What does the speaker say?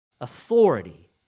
Authority